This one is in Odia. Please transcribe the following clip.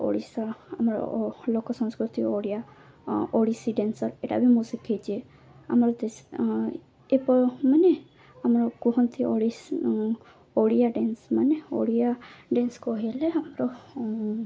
ଓଡ଼ିଶା ଆମର ଲୋକ ସଂସ୍କୃତି ଓଡ଼ିଆ ଓଡ଼ିଶୀ ଡ୍ୟାନ୍ସର୍ ଏଟା ବି ମୁଁ ଶିଖିଚେ ଆମର ଦେଶ ଏପ ମାନେ ଆମର କୁହନ୍ତି ଓଡ଼ିଶ ଓଡ଼ିଆ ଡ୍ୟାନ୍ସମାନେ ଓଡ଼ିଆ ଡ୍ୟାନ୍ସ କହିଲେ ଆମର